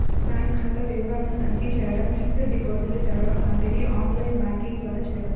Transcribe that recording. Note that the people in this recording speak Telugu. బ్యాంక్ ఖాతా వివరాలను తనిఖీ చేయడం, ఫిక్స్డ్ డిపాజిట్లు తెరవడం లాంటివి ఆన్ లైన్ బ్యాంకింగ్ ద్వారా చేయవచ్చు